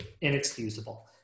inexcusable